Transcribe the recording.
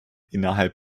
innerhalb